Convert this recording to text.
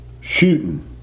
shooting